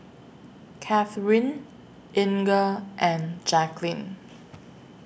Katheryn Inga and Jaqueline